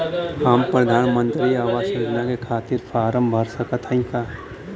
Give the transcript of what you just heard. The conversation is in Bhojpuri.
हम प्रधान मंत्री आवास योजना के खातिर फारम भर सकत हयी का?